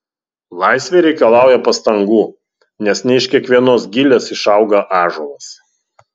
laisvė reikalauja pastangų nes ne iš kiekvienos gilės išauga ąžuolas